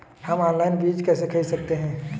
हम ऑनलाइन बीज कैसे खरीद सकते हैं?